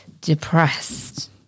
depressed